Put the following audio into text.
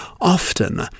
often